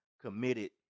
committed